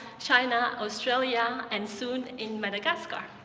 china, australia, and soon, in madagascar.